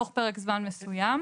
תוך פרק זמן מסוים.